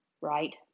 Right